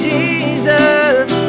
Jesus